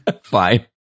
fine